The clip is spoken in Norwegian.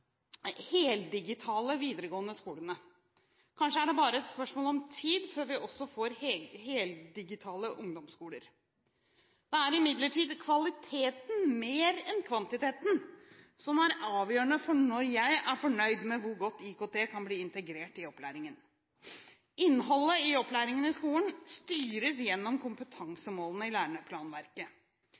heldigitale videregående skolene. Kanskje er det bare et spørsmål om tid før vi også får heldigitale ungdomsskoler. Det er imidlertid kvaliteten mer enn kvantiteten som er avgjørende for når jeg er fornøyd med hvor godt IKT kan bli integrert i opplæringen. Innholdet i opplæringen i skolen styres gjennom kompetansemålene i